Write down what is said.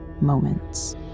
moments